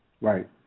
Right